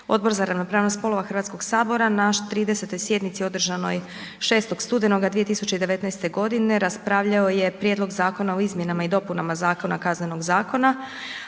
Odbor za ravnopravnost spolova Hrvatskog sabora na 30. sjednici održanoj 6. studenoga 2019. godine raspravljao je Prijedlog zakona o izmjenama i dopunama Zakona kaznenog zakona,